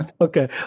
okay